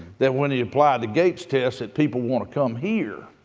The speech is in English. that when you apply the gates test that people want to come here.